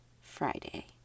Friday